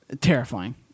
terrifying